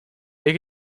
they